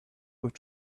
with